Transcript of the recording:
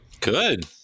good